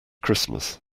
christmas